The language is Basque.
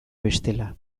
bestela